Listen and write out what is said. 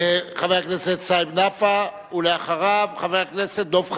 חבר הכנסת סעיד נפאע, ואחריו, חבר הכנסת דב חנין.